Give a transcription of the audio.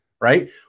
Right